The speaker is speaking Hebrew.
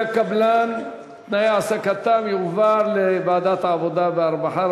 הקבלן ותנאי העסקתם לוועדת העבודה והרווחה.